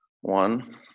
one